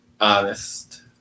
honest